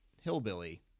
Hillbilly